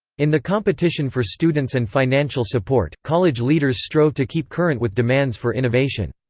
in the competition for students and financial support, college leaders strove to keep current with demands for innovation.